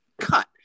cut